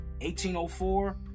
1804